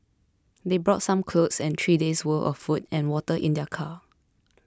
they brought some clothes and three days' worth of food and water in their car